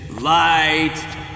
light